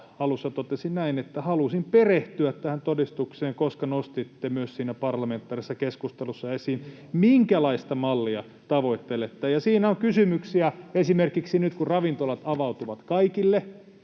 alussa totesi näin: ”Halusin perehtyä tähän todistukseen, koska nostitte myös siinä parlamentaarisessa keskustelussa esiin, minkälaista mallia tavoittelette.” Siinä on kysymyksiä, esimerkiksi se, että nyt kun ravintolat avautuvat kaikille,